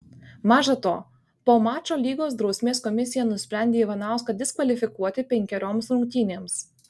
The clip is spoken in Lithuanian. maža to po mačo lygos drausmės komisija nusprendė ivanauską diskvalifikuoti penkerioms rungtynėms